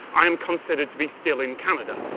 i am considered to be still in canada,